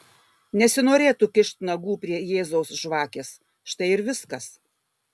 nesinorėtų kišt nagų prie jėzaus žvakės štai ir viskas